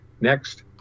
next